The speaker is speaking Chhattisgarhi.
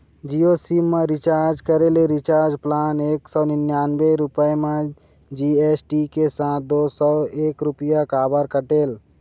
जियो सिम मा रिचार्ज करे ले रिचार्ज प्लान एक सौ निन्यानबे रुपए मा जी.एस.टी के साथ दो सौ एक रुपया काबर कटेल?